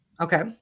okay